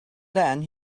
then